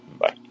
Bye